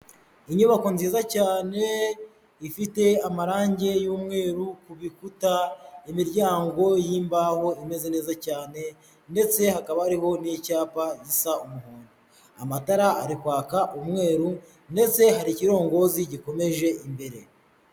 Inyubako nziza cyane ifite amarangi y'umweru ku bikuta, imiryango y'imbaho imeze neza cyane ndetse hakaba hariho n'icyapa gisa umuhondo. Amatara ari kwaka umweru ndetse hari ikirongozi gikomeje imbere.